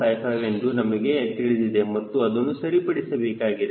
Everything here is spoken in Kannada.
55 ಎಂದು ನಮಗೆ ತಿಳಿದಿದೆ ಮತ್ತು ಅದನ್ನು ಸರಿಪಡಿಸಬೇಕಾಗಿದೆ